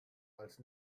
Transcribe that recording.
als